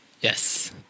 Yes